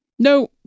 No